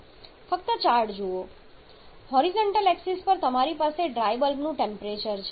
ફક્ત ચાર્ટ જુઓ horizontal axis પર તમારી પાસે ડ્રાય બલ્બનું ટેમ્પરેચર છે